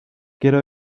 quiero